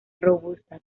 robusta